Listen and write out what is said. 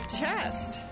chest